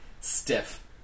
stiff